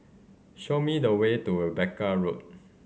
show me the way to Rebecca Road